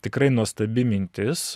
tikrai nuostabi mintis